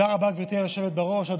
תודה רבה, גברתי היושבת בראש.